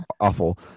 awful